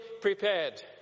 prepared